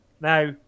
now